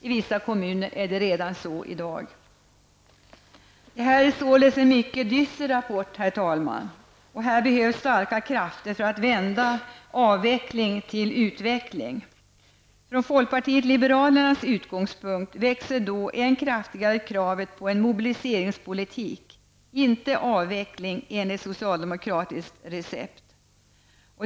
I vissa kommuner är det så redan i dag. Det här är således en mycket dyster rapport, herr talman. Här behövs starka krafter för att vända avveckling till utveckling. Från folkpartiet liberalernas utgångspunkt växer sig då kravet på en mobiliseringspolitik -- inte avveckling enligt socialdemokratiskt recept -- än starkare.